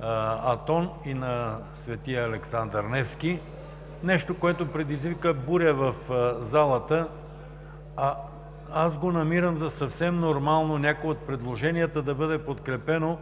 Атон и на „Св. Александър Невски“. Нещо, което предизвика буря в залата, а аз го намирам за съвсем нормално някое от предложенията да бъде подкрепено,